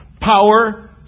Power